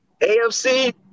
AFC